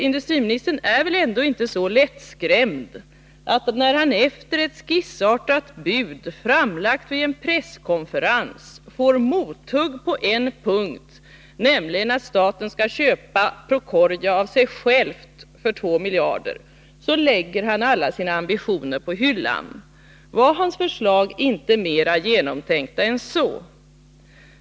Industriministern är väl ändå inte så lättskrämd att han — när han efter ett skissartat bud, framlagt vid en presskonferens, får mothugg på en punkt, nämligen att staten skall köpa Procordia av sig själv för 2 miljarder kronor — lägger alla sina ambitioner på hyllan? Var hans förslag inte mer genomtänkta än så?